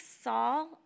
Saul